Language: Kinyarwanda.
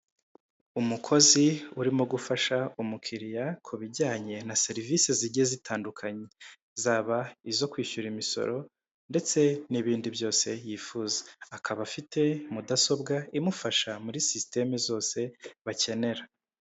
Umukozi urimo gufasha umukiriya ku bijyanye na serivise zigiye zitandukanye. Zaba izo kwishyura imisoro, ndetse n'ibindi byose yifuza. Akaba afite mudasobwa imufasha muri sisiteme zose bakenera.